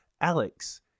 Alex